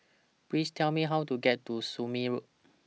Please Tell Me How to get to Somme Road